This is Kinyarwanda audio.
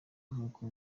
nk’uko